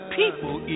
people